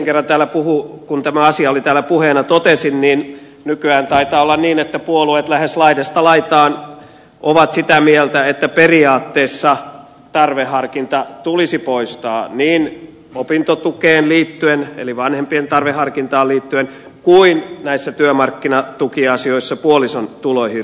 kuten edellisen kerran kun tämä asia oli täällä puheena totesin nykyään taitaa olla niin että puolueet lähes laidasta laitaan ovat sitä mieltä että periaatteessa tarveharkinta tulisi poistaa niin opintotukeen eli vanhempien tarveharkintaan liittyen kuin näissä työmarkkinatukiasioissa puolison tuloihin liittyen